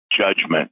judgment